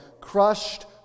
crushed